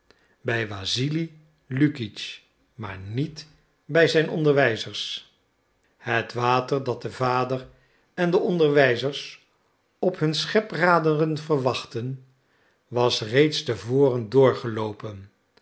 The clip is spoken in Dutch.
bij wassili lukitsch maar niet bij zijn onderwijzers het water dat de vader en de onderwijzers op hun schepraderen verwachtten was reeds te voren doorgeloopen